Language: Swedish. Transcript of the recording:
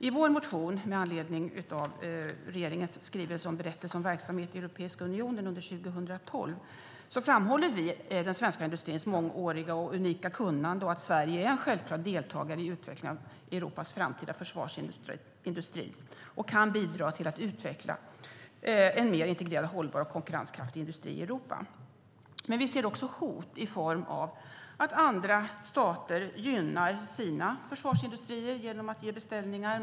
I vår motion med anledning av regeringens skrivelse Berättelse om verksamheten i Europeiska unionen under 2012 framhåller vi den svenska försvarsindustrins mångåriga och unika kunnande, att Sverige är en självklar deltagare i utvecklingen av Europas framtida försvarsindustri och att vi kan bidra till att utveckla en mer integrerad, hållbar och konkurrenskraftig industri i Europa. Men vi ser också hot i form av att andra stater gynnar sina försvarsindustrier genom att ge beställningar.